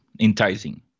enticing